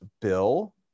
bill